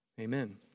Amen